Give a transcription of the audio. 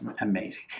amazing